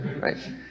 right